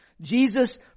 Jesus